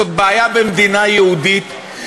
זאת בעיה במדינה יהודית,